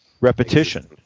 repetition